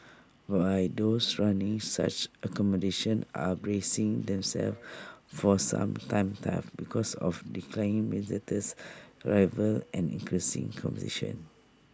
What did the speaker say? but I those running such accommodation are bracing themselves for some tough times because of declining visitors arrivals and increasing competition